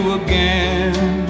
again